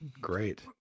Great